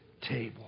table